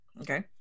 Okay